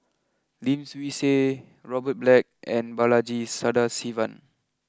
Lim Swee Say Robert Black and Balaji Sadasivan